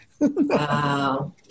Wow